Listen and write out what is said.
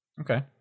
okay